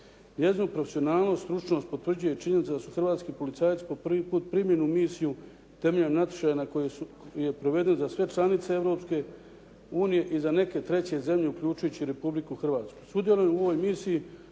Njezinu profesionalnost i stručnost potvrđuje činjenica da su hrvatski policajci po prvi puta u primljenu misiju temeljem natječaja koji je proveden za sve članice Europske unije i za neke treće zemlje uključujući i Republiku Hrvatsku.